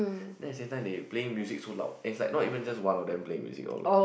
then at the same time they are playing music so loud and is like not even just one of them playing music out loud